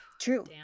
true